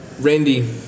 Randy